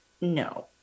no